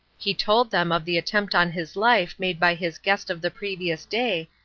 he told them of the attempt on his life made by his guest of the previous day,